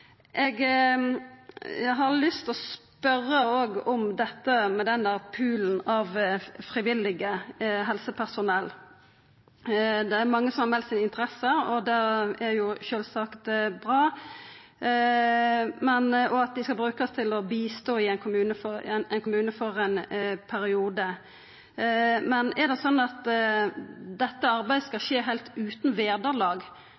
Eg har lyst til å spørja litt meir om denne poolen av frivillig helsepersonell. Det er mange som har meldt si interesse, og det er sjølvsagt bra. Dei skal brukast til å hjelpa i ein kommune for ein periode. Men er det sånn at dette arbeidet